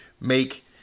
make